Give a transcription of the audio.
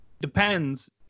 Depends